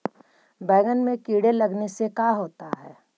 बैंगन में कीड़े लगने से का होता है?